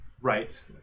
right